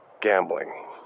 gambling